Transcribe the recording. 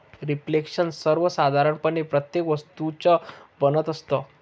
reflection सर्वसाधारणपणे प्रत्येक वस्तूचं बनत असतं